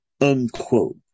unquote